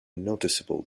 noticeable